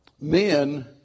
Men